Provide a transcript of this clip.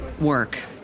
work